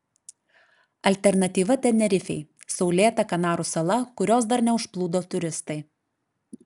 alternatyva tenerifei saulėta kanarų sala kurios dar neužplūdo turistai